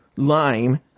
lime